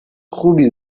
خوبی